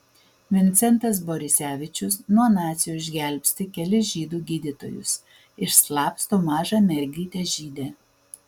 vincentas borisevičius nuo nacių išgelbsti kelis žydų gydytojus išslapsto mažą mergytę žydę